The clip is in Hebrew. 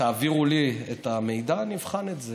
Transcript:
תעבירו לי את המידע, נבחן את זה.